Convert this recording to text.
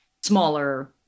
smaller